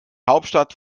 hauptstadt